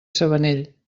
sabanell